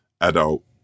adult